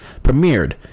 premiered